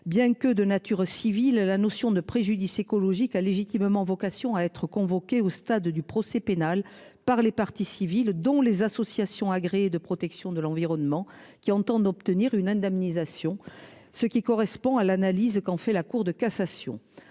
bien que de nature civile la notion de préjudice écologique a légitimement vocation à être convoqués au stade du procès pénal par les parties civiles, dont les associations agréées de protection de l'environnement qui entendent obtenir une indemnisation. Ce qui correspond à l'analyse qu'en fait la Cour de cassation.